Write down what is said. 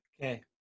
Okay